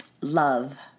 love